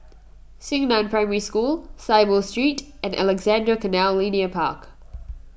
Xingnan Primary School Saiboo Street and Alexandra Canal Linear Park